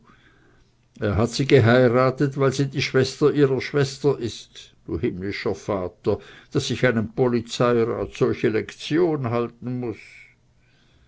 er hat sie geheiratet weil sie die schwester ihrer schwester ist du himmlischer vater daß ich einem polizeirat solche lektion halten muß